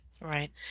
right